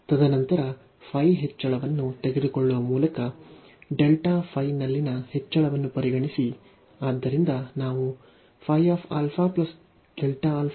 ತದನಂತರ ಹೆಚ್ಚಳವನ್ನು ತೆಗೆದುಕೊಳ್ಳುವ ಮೂಲಕ ನಲ್ಲಿನ ಹೆಚ್ಚಳವನ್ನು ಪರಿಗಣಿಸಿ ಆದ್ದರಿಂದ ನಾವು Φ α Δα Φ α ಅನ್ನು ಹೊಂದಿದ್ದೇವೆ